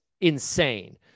insane